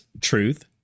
truth